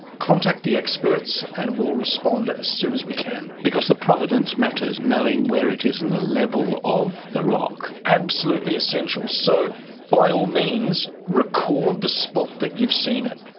contact the experts and we will respond as soon as we can. because the providence matters, knowing where it is in the level of the rock. absolutely essential. so by all means record the spot that you've seen it,